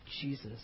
Jesus